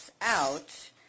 out